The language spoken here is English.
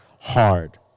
hard